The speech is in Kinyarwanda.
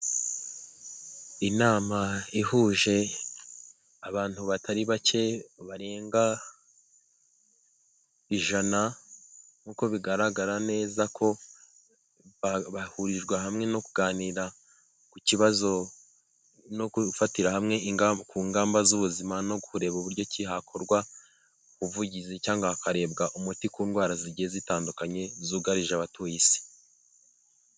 Inama ihuje abantu batari bake, barenga ijana, nk'uko bigaragara neza ko bahurijwe hamwe no kuganira ku kibazo, no gufatira hamwe ku ngamba z'ubuzima, no kureba uburyo ki, hakorwa ubuvugizi, cyangwa hakarebwa umuti ku ndwara zigiye zitandukanye zugarije abatuye isi.